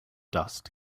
dust